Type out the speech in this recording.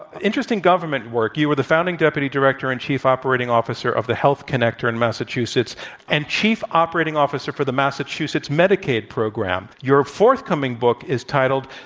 interesting government work. you were the founding deputy director and chief operating officer of the health connector in massachusetts and chief operating officer for the massachusetts medicaid program. your forthcoming book is titled,